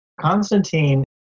Constantine